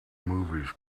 movies